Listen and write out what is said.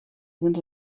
sind